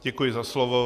Děkuji za slovo.